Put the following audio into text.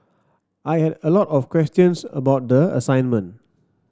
I had a lot of questions about the assignment